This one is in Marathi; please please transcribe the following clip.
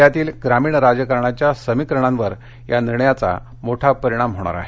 जिल्ह्यातील ग्रामीण राजकारणाच्या समीकरणांवर या निर्णयाचा मोठा परिणाम होणार आहे